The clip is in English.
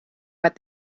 what